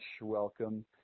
welcome